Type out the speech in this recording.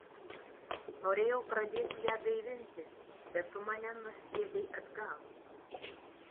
norėjau pradėti ją gaivinti bet tu mane nusviedei atgal